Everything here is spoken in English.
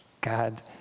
God